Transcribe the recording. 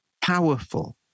powerful